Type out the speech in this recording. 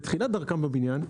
בתחילת דרכם בבניין,